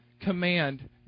command